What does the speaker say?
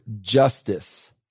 justice